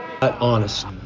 Honest